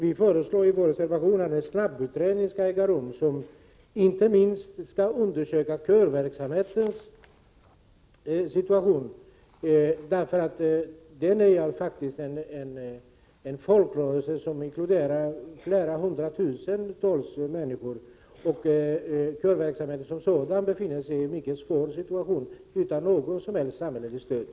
Vi föreslår i vår reservation att en snabbutredning skall göras, inte minst av körverksamhetens situation. Körverksamheten är faktiskt en folkrörelse som inkluderar flera hundra tusen människor. Körverksamheten som sådan befinner sig i en mycket svår situation, utan något som helst samhälleligt stöd.